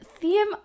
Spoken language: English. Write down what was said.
Theme